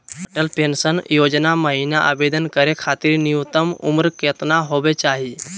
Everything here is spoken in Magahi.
अटल पेंसन योजना महिना आवेदन करै खातिर न्युनतम उम्र केतना होवे चाही?